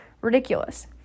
ridiculous